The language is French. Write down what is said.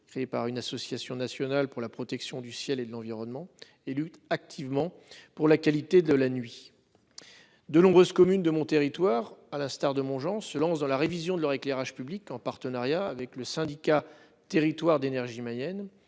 créé par une association nationale pour la protection du ciel et de l'environnement et luttent activement pour la qualité de la nuit. De nombreuses communes de mon territoire, à l'instar de mon Jean se lance dans la révision de leur éclairage public en partenariat avec le syndicat territoires d'énergie Mayenne